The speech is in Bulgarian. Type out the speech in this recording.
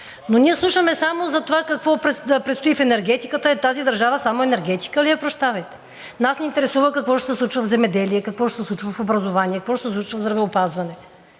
Ние слушаме само за това какво предстои в енергетиката – е, тази държава само енергетика ли е, прощавайте? Нас ни интересува какво ще се случва в земеделието; какво ще се случва в образованието; какво ще се случва в здравеопазването.